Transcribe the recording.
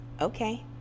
okay